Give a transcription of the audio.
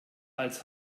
als